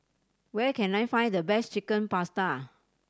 where can I find the best Chicken Pasta